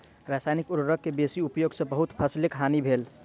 रसायनिक उर्वरक के बेसी उपयोग सॅ बहुत फसीलक हानि भेल